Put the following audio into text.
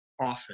often